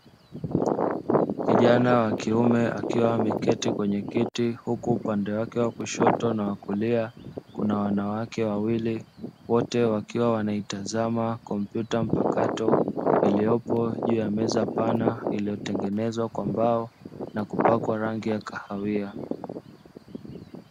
Kijana wa kiume akiwa ameketi kwenye kiti huku upande wake wa kushoto na kulea kuna wanawake wawili wote wakiwa wanaitazama kompyuta mpakato iliyopo juu ya meza pana iliyotengenezwa kwa mbao na kupakwa rangi ya kahawia.